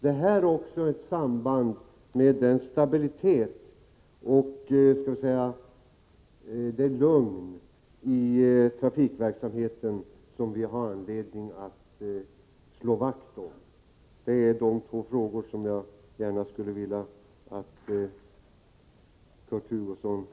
Här finns också ett samband med den stabilitet och det lugn i trafikverksamheten som vi har all anledning att slå vakt om. Det är de två frågor som jag gärna skulle vilja att Kurt Hugosson besvarade.